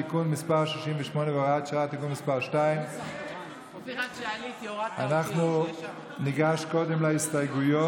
תיקון מס' 68 והוראת שעה) (תיקון מס' 2). ניגש קודם להסתייגויות.